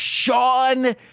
Sean